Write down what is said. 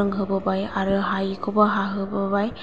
रोंहोबोबाय आरो हायिखौबो हाहोबोबाय